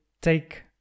take